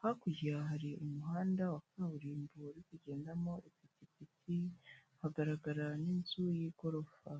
hakurya hari umuhanda wa kaburimbo uri kugendamo ipikipiki hagaragara n'inzu y'igorofa.